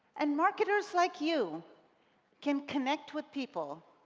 and marketers like you can connect with people